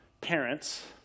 parents